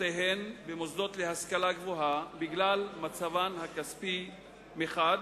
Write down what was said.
בנותיהן במוסדות להשכלה גבוהה בגלל מצבן הכספי מחד